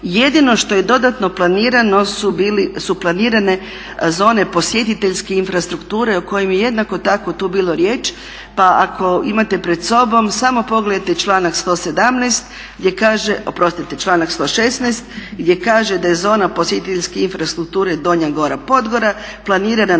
Jedino što je dodatno planirano su planirane zone posjetiteljske infrastrukture o kojima je jednako tako tu bilo riječ. Pa ako imate pred sobom samo pogledajte članak 117., gdje kaže, oprostite članak 116. gdje kaže da je zona posjetiteljske infrastrukture Donja gora Podgora planirana na